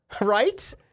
Right